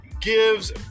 gives